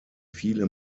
viele